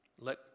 let